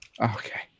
okay